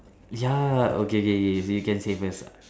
ya okay K K you can say first